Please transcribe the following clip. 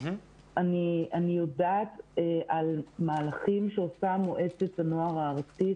אני יודעת על מהלכים שעשתה מועצת הנוער הארצית,